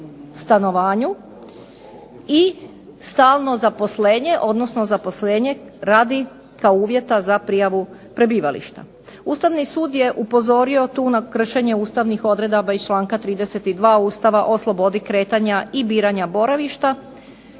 stanovanju i stalno zaposlenje, odnosno zaposlenje radi, kao uvjeta za prijavu prebivališta. Ustavni sud je upozorio tu na kršenje ustavnih odredaba iz članka 32. Ustava o slobodi kretanja i biranja boravišta.